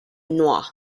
noir